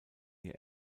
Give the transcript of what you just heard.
hier